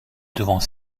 devant